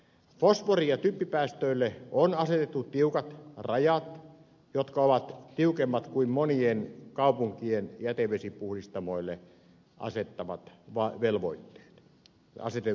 fosfori ja typpipäästöille on asetettu tiukat rajat jotka ovat tiukemmat kuin monien kaupunkien jätevesipuhdistamoille asetetut velvoitteet